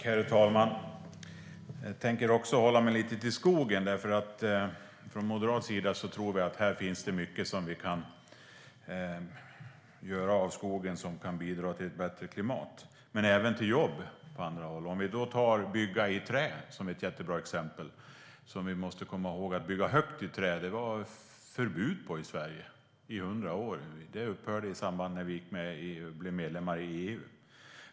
Herr talman! Jag tänker också hålla mig till skogen. Från moderat sida tror vi att det finns mycket som vi kan göra av skogen som kan bidra till ett bättre klimat men även till jobb på andra håll. Vi kan som ett jättebra exempel ta att bygga i trä. Vi måste komma ihåg att det i Sverige i 100 år var förbud på att bygga högt i trä. Det upphörde i samband med att vi blev medlemmar i EU.